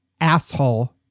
asshole